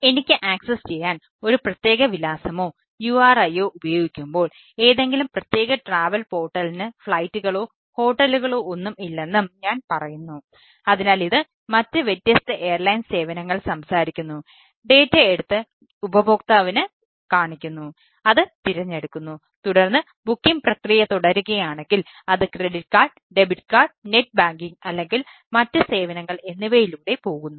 എനിക്ക് ആക്സസ് അല്ലെങ്കിൽ മറ്റ് സേവനങ്ങൾ എന്നിവയിലൂടെ പോകുന്നു